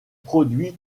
produit